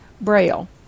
Braille